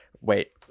wait